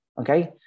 Okay